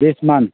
this month